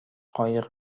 قایق